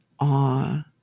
awe